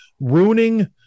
ruining